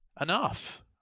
Enough